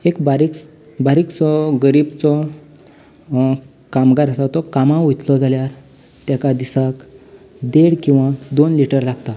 एक बारीक बारीकसो गरीबचो कामगार आसा तो कामाक वयतलो जाल्यार तेका दिसांक देड किंवा दोन लीटर लागता